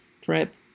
trip